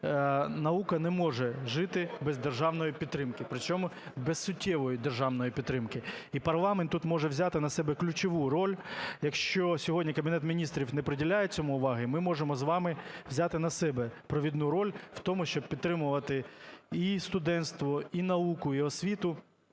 наука не може жити без державної підтримки, причому без суттєвої державної підтримки, і парламент тут може взяти на себе ключову роль, якщо сьогодні Кабінет Міністрів не приділяє цьому уваги, ми можемо з вами взяти на себе провідну роль в тому, щоб підтримувати і студентство, і науку, і освіту,